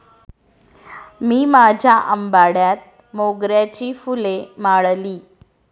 मी माझ्या आंबाड्यात मोगऱ्याची फुले माळली